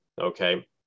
okay